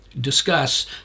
discuss